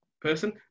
person